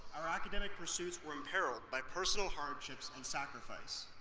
our academic pursuits were imperiled by personal hardships and sacrifice-and,